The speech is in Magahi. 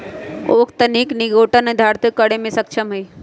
उख तनिक निटोगेन निर्धारितो करे में सक्षम हई